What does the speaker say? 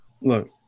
look